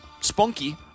Spunky